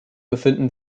befinden